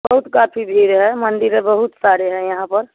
बहुत काफ़ी भीड़ है मंदिर है बहुत सारे है यहाँ पर